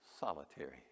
Solitary